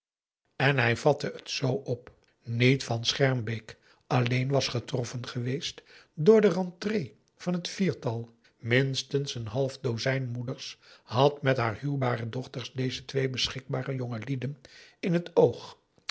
en hij vatte het zoo op niet van schermbeek alleen was getroffen geweest door de r e n t r é e van het viertal minstens een half dozijn moeders had met haar huwbare dochters deze twee beschikbare jongelieden in het oog